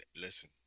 listen